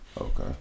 okay